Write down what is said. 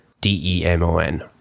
D-E-M-O-N